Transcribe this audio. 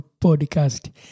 podcast